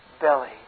belly